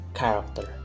character